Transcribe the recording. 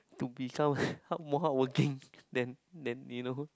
to become hard more hardworking than than you know